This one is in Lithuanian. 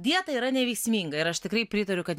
dieta yra neveiksminga ir aš tikrai pritariu kad